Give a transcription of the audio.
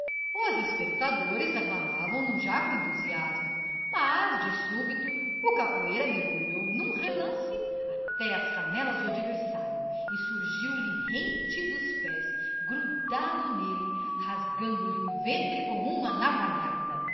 os espectadores aclamavam no já com entusiasmo mas de súbito o capoeira mergulhou num relance até as canelas do adversário e surgiu lhe rente dos pés grupado nele rasgando-lhe o ventre com uma navalhada